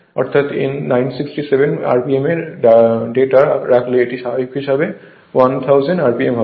অর্থাৎ 967 rpm এর data রাখলে এটি স্বাভাবিক হিসাবে 1000 rpm হবে